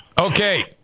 Okay